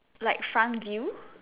like front view